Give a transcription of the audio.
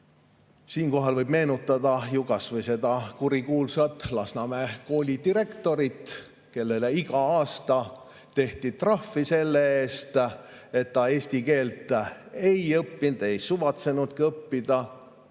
Siinkohal võib meenutada kas või seda kurikuulsat Lasnamäe koolidirektorit, kellele iga aasta tehti trahvi selle eest, et ta eesti keelt ei õppinud, ei suvatsenudki õppida.